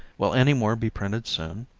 will any more be printed soon?